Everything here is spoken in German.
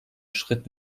schritt